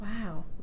Wow